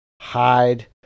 hide